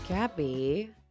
Gabby